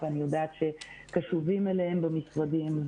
ואני יודעת שקשובים אליהם במשרדים.